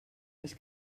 les